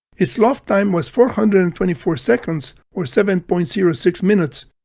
its loft time was four hundred and twenty four seconds or seven point zero six minutes,